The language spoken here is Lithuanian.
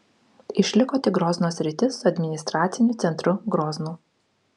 išliko tik grozno sritis su administraciniu centru groznu